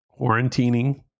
Quarantining